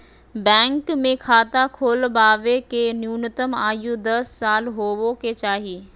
bank मे खाता खोलबावे के न्यूनतम आयु दस साल होबे के चाही